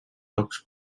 tocs